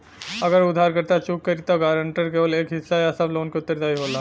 अगर उधारकर्ता चूक करि त गारंटर केवल एक हिस्सा या सब लोन क उत्तरदायी होला